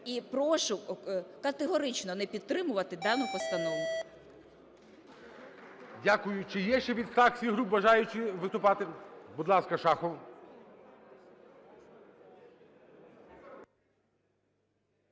І прошу, категорично не підтримувати дану постанову. ГОЛОВУЮЧИЙ. Дякую. Чи є ще від фракцій, груп бажаючі виступати? Будь ласка, Шахов.